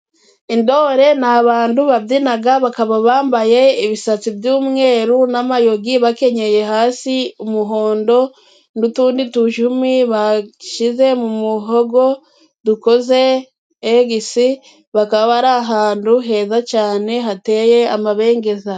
Indore ni abandu babyinaga bakaba bambaye ibisatsi by'umweru n'amayogi, bakenyeye hasi umuhondo n'utundi dushumi bashize mu muhogo dukoze egisi, bakaba bari ahandu heza cyane hateye amabengeza.